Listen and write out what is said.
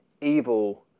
evil